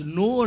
no